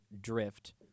Drift